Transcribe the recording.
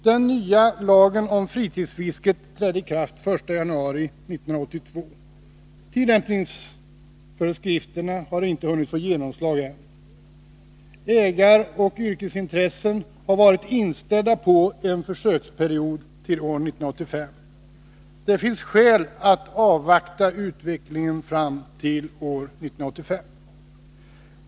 Den nya lagen om fritidsfisket trädde i kraft den 1 januari 1982 och har ännu inte hunnit få genomslag. Ägaroch yrkesintressen har varit inställda på en försöksperiod till år 1985. Det finns skäl att avvakta utvecklingen fram till år 1985.